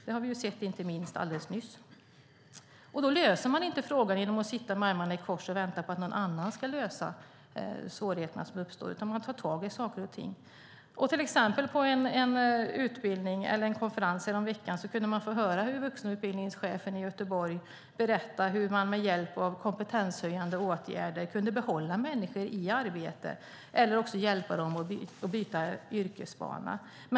Det har vi sett alldeles nyligen. Då löser man inte problemet genom att sitta med armarna i kors och vänta på att någon annan ska göra det, utan då tar man tag i saker och ting. På en konferens häromveckan kunde man höra vuxenutbildningschefen i Göteborg berätta hur man med hjälp av kompetenshöjande åtgärder kunde behålla människor i arbete eller hjälpa dem att byta yrkesbana.